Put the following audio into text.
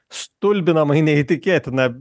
stulbinamai neįtikėtina